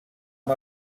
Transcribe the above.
amb